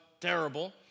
terrible